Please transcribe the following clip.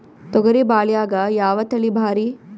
ತೊಗರಿ ಬ್ಯಾಳ್ಯಾಗ ಯಾವ ತಳಿ ಭಾರಿ?